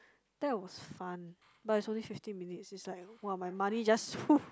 that was fun but it's only fifteen minutes it's like !wah! my money just